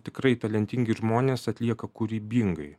tikrai talentingi žmonės atlieka kūrybingai